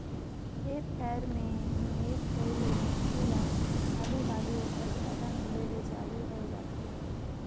खेत खाएर में निवेस करे ले मइनसे ल हालु हालु ओकर फयदा मिले ले चालू होए जाथे